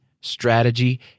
strategy